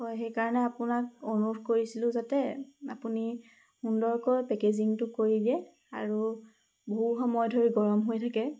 হয় সেইকাৰণে আপোনাক অনুৰোধ কৰিছিলো যাতে আপুনি সুন্দৰকৈ পেকেজিঙটো কৰি দিয়ে আৰু বহু সময় ধৰি গৰম হৈ থাকে